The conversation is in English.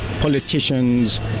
politicians